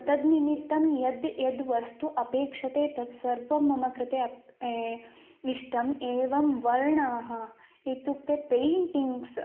तद् निमित्तं यद् यद् वस्तु अपेक्षते तत् सर्वं मम कृते अपि ए इष्टम् एवं वर्णाः इत्युक्ते पेइन्टिङ्ग्स्